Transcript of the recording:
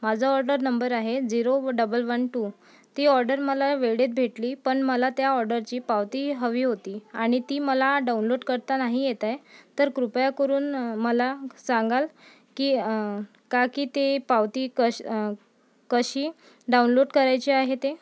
माझा order number आहे zero double one two ती ऑर्डर मला वेळेत भेटली पण मला त्या ऑर्डरची पावती हवी होती आणि ती मला डाऊनलोट करता नाही येत आहे तर कृपया करून मला सांगाल की का की ते पावती कश कशी डाऊनलोट करायची आहे ते